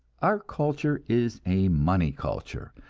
our culture is a money culture,